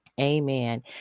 amen